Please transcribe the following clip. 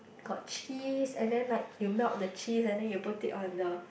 got cheese and then like you melt the cheese and then you put it on the